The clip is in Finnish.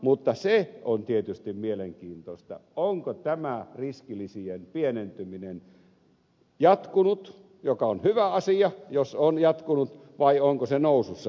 mutta se on tietysti mielenkiintoista onko tämä riskilisien pienentyminen jatkunut mikä on hyvä asia jos on jatkunut vai onko se nousussa